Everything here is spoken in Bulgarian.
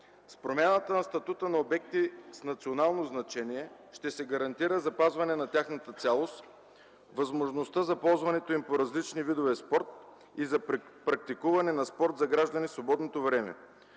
С промяната на статута на обекти „с национално значение” ще се гарантира запазване на тяхната цялост, възможността за ползването им по различни видове спорт и за практикуване на спорт от граждани в свободното им време.